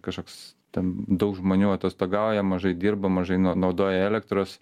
kažkoks ten daug žmonių atostogauja mažai dirba mažai no naudoja elektros